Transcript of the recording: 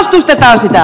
anteeksi